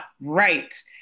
right